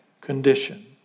condition